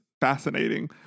fascinating